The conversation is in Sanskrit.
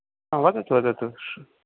वदतु वदतु